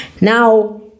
now